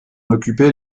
occupait